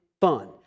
fun